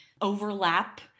overlap